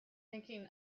thinking